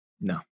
no